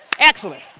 excellent.